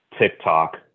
TikTok